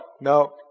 no